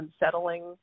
unsettling